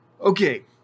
Okay